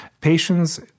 Patients